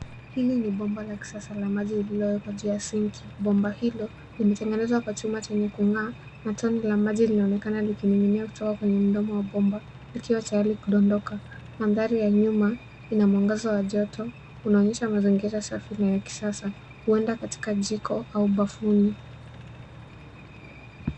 Huu ni bomba la kisasa la maji lililowekwa kwa njia ya sinki. Bomba hilo limetengenezwa kwa chuma cha pua, na maji yanatiririka kutoka kwenye mdomo wa bomba hilo. Maji hayo yanadondoka kwa mpangilio thabiti. Sehemu ya nyuma ina kipimo cha joto. Bomba hili linatumiwa katika jikoni au bafuni, likiwa ni sehemu ya vifaa vya kisasa vya nyumba